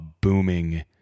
booming